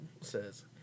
says